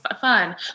fun